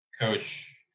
coach